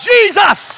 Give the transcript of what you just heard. Jesus